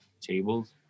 tables